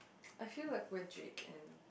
I feel like we're Jake and